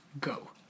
Go